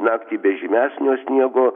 naktį be žymesnio sniego